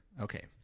Okay